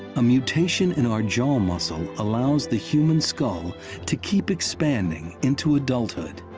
a mutation in our jaw muscle allows the human skull to keep expanding into adulthood,